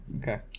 Okay